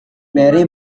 mary